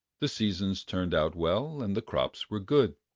the seasons turned out well and the crops were good,